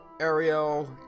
Ariel